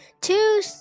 two